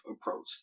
approach